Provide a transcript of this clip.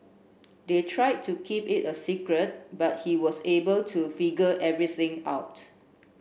they tried to keep it a secret but he was able to figure everything out